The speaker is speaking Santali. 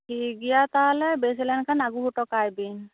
ᱴᱷᱤᱠ ᱜᱮᱭᱟ ᱛᱟᱦᱚᱞᱮ ᱵᱮᱥ ᱞᱮᱱ ᱠᱷᱟᱱ ᱟᱹᱜᱩ ᱦᱚᱴᱚ ᱠᱟᱭ ᱵᱤᱱ